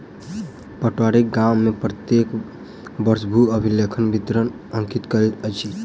पटवारी गाम में प्रत्येक वर्ष भू अभिलेखक विवरण अंकित करैत अछि